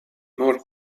more